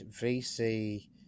VC